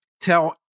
Tell